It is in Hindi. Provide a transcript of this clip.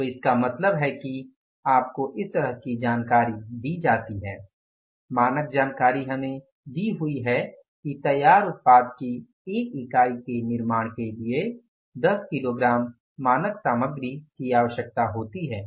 तो इसका मतलब है कि आपको इस तरह की जानकारी दी जाती है मानक जानकारी हमें दी हुयी है कि तैयार उत्पाद की 1 इकाई के निर्माण के लिए 10 किलोग्राम मानक सामग्री की आवश्यकता होती है